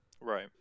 right